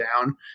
down